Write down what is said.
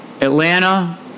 Atlanta